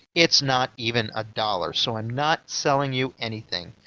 it's not even a dollar, so i'm not selling you anything.